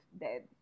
dead